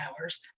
hours